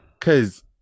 Cause